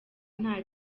nta